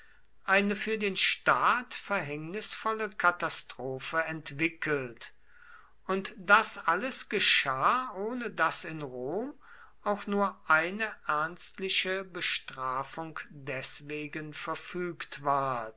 eine für den staat verhängnisvolle katastrophe entwickelt und das alles geschah ohne daß in rom auch nur eine ernstliche bestrafung deswegen verfügt ward